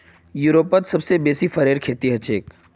यूरोपत सबसे बेसी फरेर खेती हछेक